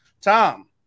Tom